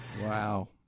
wow